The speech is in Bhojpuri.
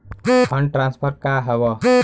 फंड ट्रांसफर का हव?